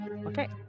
Okay